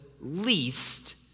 least